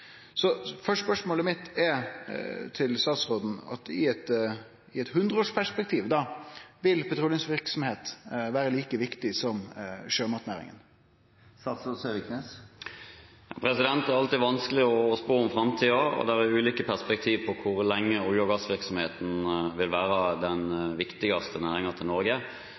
spørsmålet mitt til statsråden er: I eit hundreårsperspektiv, vil petroleumsverksemda vere like viktig som sjømatnæringa? Det er alltid vanskelig å spå om framtiden, og det er ulike perspektiv på hvor lenge olje- og gassvirksomheten vil være den viktigste næringen i Norge.